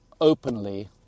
openly